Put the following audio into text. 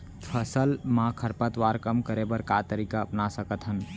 फसल मा खरपतवार कम करे बर का तरीका अपना सकत हन?